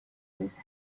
these